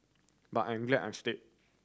but I'm glad I'm stayed